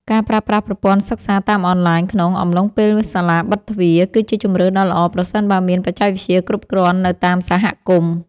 ការប្រើប្រាស់ប្រព័ន្ធសិក្សាតាមអនឡាញក្នុងអំឡុងពេលសាលាបិទទ្វារ គឺជាជម្រើសដ៏ល្អប្រសិនបើមានបច្ចេកវិទ្យាគ្រប់គ្រាន់នៅតាមសហគមន៍។